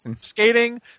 skating